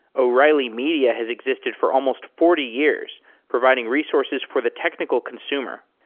o'reilly media has existed for almost forty years providing resources for the technical consumer.